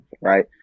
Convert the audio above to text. right